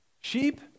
Sheep